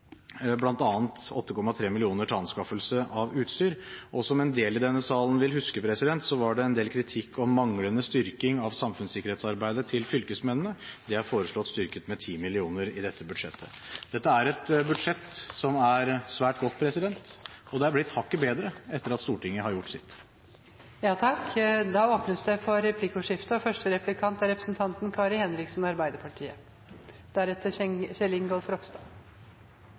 bl.a. 8,3 mill. kr til anskaffelse av utstyr. Og som en del i denne salen vil huske, var det en del kritikk av manglende styrking av samfunnssikkerhetsarbeidet til fylkesmennene. Det er forslått styrket med 10 mill. kr i dette budsjettet. Dette er et budsjett som er svært godt, og det er blitt hakket bedre etter at Stortinget har gjort sitt. Det åpnes for replikkordskifte.